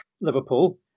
Liverpool